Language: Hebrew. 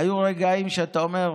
היו רגעים שאתה אומר: